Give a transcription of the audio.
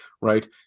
right